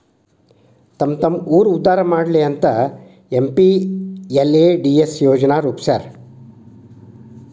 ತಮ್ಮ್ತಮ್ಮ ಊರ್ ಉದ್ದಾರಾ ಮಾಡ್ಲಿ ಅಂತ ಎಂ.ಪಿ.ಎಲ್.ಎ.ಡಿ.ಎಸ್ ಯೋಜನಾ ರೂಪ್ಸ್ಯಾರ